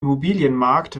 immobilienmarkt